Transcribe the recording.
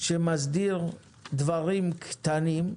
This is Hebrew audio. שמסדיר דברים קטנים,